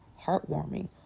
heartwarming